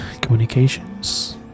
communications